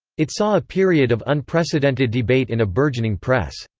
it saw a period of unprecedented debate in a burgeoning press.